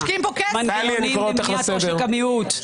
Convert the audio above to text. מנגנונים למניעת עושק המיעוט.